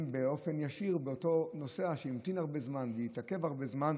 באופן ישיר מול אותו נוסע שהמתין הרבה זמן והתעכב הרבה זמן.